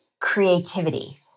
creativity